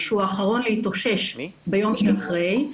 שהוא האחרון להתאושש ביום שאחרי,